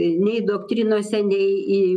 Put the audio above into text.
nei doktrinose nei į